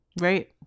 right